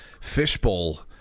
fishbowl